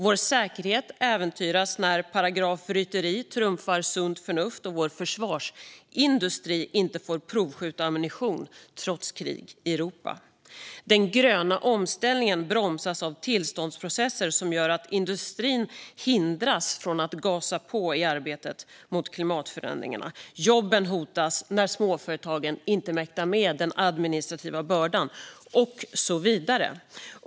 Vår säkerhet äventyras när paragrafrytteri trumfar sunt förnuft och vår försvarsindustri inte får provskjuta ammunition trots krig i Europa. Den gröna omställningen bromsas av tillståndsprocesser som gör att industrin hindras från att gasa på i arbetet mot klimatförändringarna, jobben hotas när småföretagen inte mäktar med den administrativa bördan och så vidare.